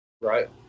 Right